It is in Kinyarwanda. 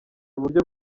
uburyo